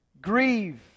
Grieve